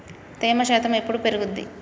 తేమ శాతం ఎప్పుడు పెరుగుద్ది?